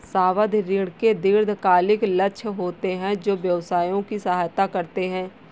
सावधि ऋण के दीर्घकालिक लक्ष्य होते हैं जो व्यवसायों की सहायता करते हैं